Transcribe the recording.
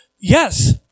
Yes